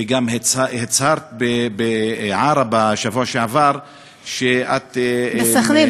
וגם הצהרת בעראבה בשבוע שעבר שאת בסח'נין,